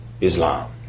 Islam